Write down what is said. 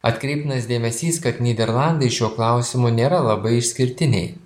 atkreiptinas dėmesys kad nyderlandai šiuo klausimu nėra labai išskirtiniai